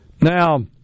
Now